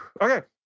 okay